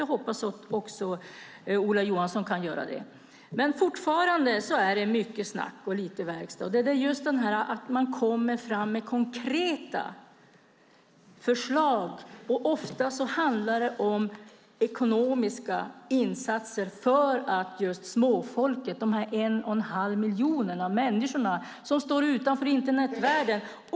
Jag hoppas att också Ola Johansson kan göra det. Fortfarande är det mycket snack och lite verkstad. Det handlar om att lägga fram konkreta förslag. Ofta handlar det om ekonomiska insatser för småfolket, de en och halv miljoner människor som står utanför Internetvärlden.